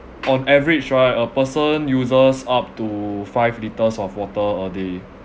on average right a person uses up to five litres of water a day